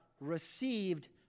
received